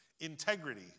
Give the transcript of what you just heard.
integrity